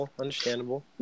Understandable